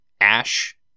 ash